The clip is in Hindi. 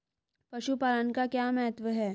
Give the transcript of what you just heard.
पशुपालन का क्या महत्व है?